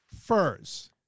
Furs